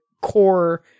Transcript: core